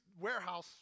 warehouse